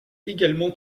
également